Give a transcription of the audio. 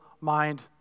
mind